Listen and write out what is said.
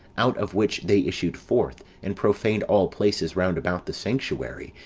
out of which they issued forth, and profaned all places round about the sanctuary,